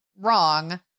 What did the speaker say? wrong